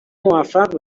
موفق